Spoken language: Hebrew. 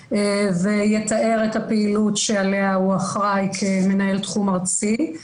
ויתאר את הפעילות שעליה הוא אחראי כמנהל תחום ארצי.